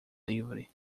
livre